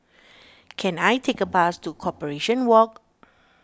can I take a bus to Corporation Walk